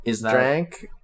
drank